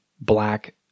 black